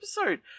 episode